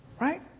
Right